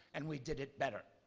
and we did it better.